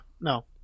no